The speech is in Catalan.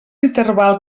interval